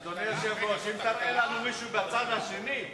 אדוני היושב-ראש, אם תראה לנו מישהו בצד השני,